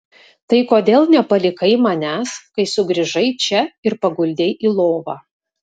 tai kodėl nepalikai manęs kai sugrįžai čia ir paguldei į lovą